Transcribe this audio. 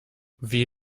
wie